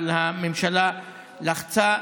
אבל הממשלה לחצה.